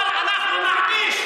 אבל אנחנו נעניש,